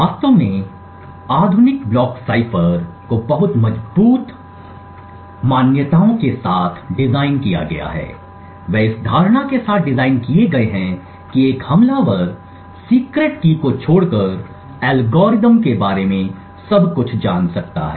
वास्तव में शुरू करने के लिए आधुनिक ब्लॉक साइफर को बहुत मजबूत मान्यताओं के साथ डिज़ाइन किया गया है वे इस धारणा के साथ डिज़ाइन किए गए हैं कि एक हमलावर गुप्त कुंजी को छोड़कर एल्गोरिथ्म के बारे में सब कुछ जान सकता है